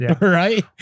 Right